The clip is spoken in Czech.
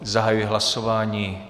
Zahajuji hlasování.